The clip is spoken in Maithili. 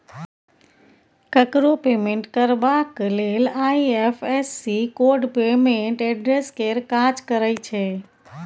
ककरो पेमेंट करबाक लेल आइ.एफ.एस.सी कोड पेमेंट एड्रेस केर काज करय छै